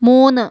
മൂന്ന്